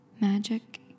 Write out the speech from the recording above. magic